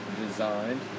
designed